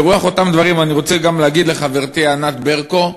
ברוח אותם דברים אני גם רוצה להגיד לחברתי ענת ברקו: